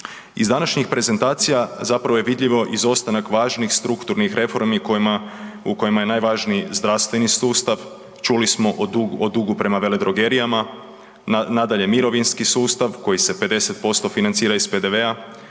Iz današnjih prezentacija zapravo je vidljivo izostanak važnih strukturnih reformi kojima, u kojima je najvažniji zdravstveni sustav. Čuli smo o dugu prema veledrogerijama. Nadalje, mirovinski sustav koji se 50% financira iz PDV-a,